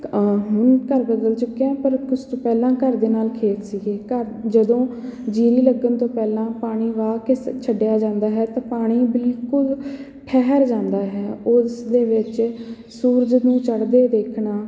ਹੁਣ ਘਰ ਬਦਲ ਚੁੱਕਿਆ ਹੈ ਪਰ ਉਸ ਤੋਂ ਪਹਿਲਾਂ ਘਰ ਦੇ ਨਾਲ ਖੇਤ ਸੀਗੇ ਘਰ ਜਦੋਂ ਜੀਰੀ ਲੱਗਣ ਤੋਂ ਪਹਿਲਾਂ ਪਾਣੀ ਵਾਹ ਕੇ ਛ ਛੱਡਿਆ ਜਾਂਦਾ ਹੈ ਤਾਂ ਪਾਣੀ ਬਿਲਕੁਲ ਠਹਿਰ ਜਾਂਦਾ ਹੈ ਉਸ ਦੇ ਵਿੱਚ ਸੂਰਜ ਨੂੰ ਚੜ੍ਹਦੇ ਦੇਖਣਾ